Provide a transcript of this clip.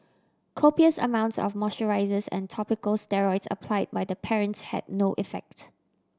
copious amounts of moisturisers and topical steroids apply by the parents had no effect